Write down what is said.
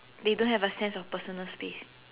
they don't have a sense of personal space